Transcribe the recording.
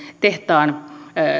tehtaan